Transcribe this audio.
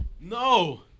No